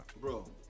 Bro